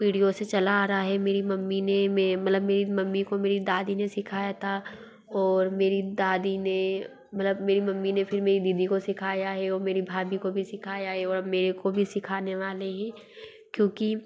पीढ़ियों से चला आ रा हे मेरी मम्मी ने में मतलब मेरी मम्मी को मेरी दादी ने सिखाया था ओर मेरी दादी ने मतलब मेरी मम्मी ने फिर मेरी दीदी को सिखाया हे और मेरी भाभी को भी सिखाया है और अब मेरे को भी सिखाने वाले है क्योंकि